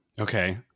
Okay